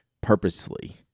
purposely